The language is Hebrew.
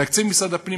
תקציב משרד הפנים,